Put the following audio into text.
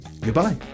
goodbye